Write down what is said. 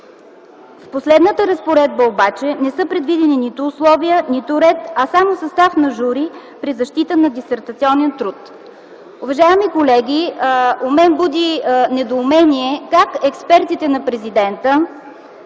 С последната разпоредба обаче не са предвидени нито условия, нито ред, а само състав на жури при защита на дисертационен труд”. Уважаеми колеги, у мен буди недоумение как експертите на Президента